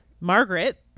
Margaret